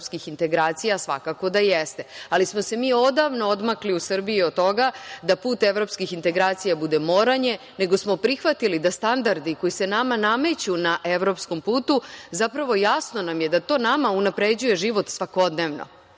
evropskih integracija, svakako da jeste, ali smo se mi odavno odmakli u Srbiji od toga da put evropskih integracija bude moranje, nego smo prihvatili da standardi koji se nama nameću na evropskom putu zapravo jasno nam je da to nama unapređuje život svakodnevno